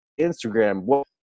Instagram